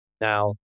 Now